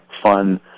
fun